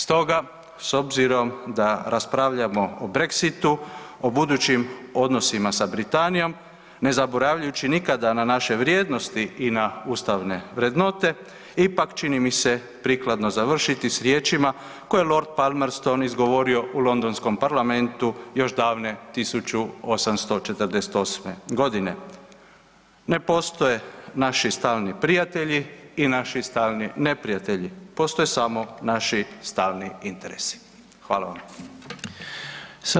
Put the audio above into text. Stoga s obzirom da raspravljamo o Brexitu, o budućim odnosima sa Britanijom, ne zaboravljajući nikada na naše vrijednosti i na ustavne vrednote, ipak, čini mi se, prikladno završiti s riječima koje je lord Palmerston izgovorio u londonskom parlamentu još davne 1848. g.: „Ne postoje naši stalni prijatelji naši stalni neprijatelji, postoje samo naši stalni interesi.“ Hvala vam.